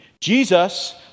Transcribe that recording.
Jesus